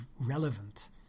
relevant